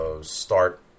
start